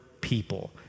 people